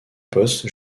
poste